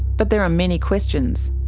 but there are many questions.